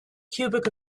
cubic